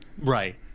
Right